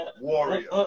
warrior